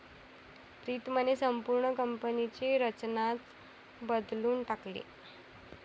प्रीतमने संपूर्ण कंपनीची रचनाच बदलून टाकली